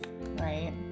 right